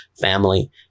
family